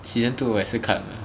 season two 我也是看了